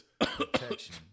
protection